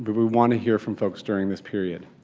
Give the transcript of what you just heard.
but we want to hear from folks during this period.